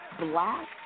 black